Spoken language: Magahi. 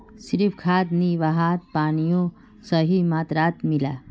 सिर्फ खाद नी वहात पानियों सही मात्रात मिला